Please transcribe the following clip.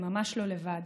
הם ממש לא לבד.